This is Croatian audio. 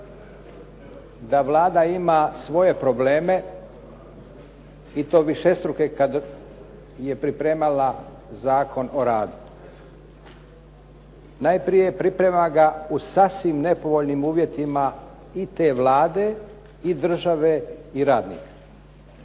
da Vlada ima svoje probleme i to višestruke kad je pripremala Zakon o radu. Najprije priprema ga u sasvim nepovoljnim uvjetima i te Vlade i države i radnika.